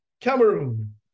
Cameroon